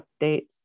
updates